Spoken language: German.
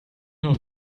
noch